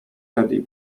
teddy